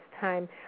time